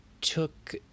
took